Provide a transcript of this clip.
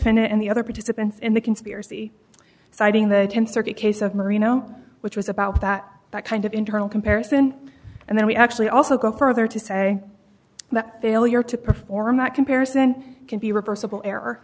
defendant and the other participants in the conspiracy citing the th circuit case of merino which was about that that kind of internal comparison and then we actually also go further to say that failure to perform that comparison can be reversible error